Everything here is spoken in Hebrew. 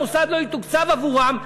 המוסד לא יתוקצב עבורם,